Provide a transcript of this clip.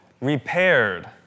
repaired